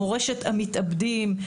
מורשת המתאבדים,